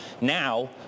Now